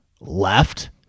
left